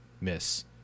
Miss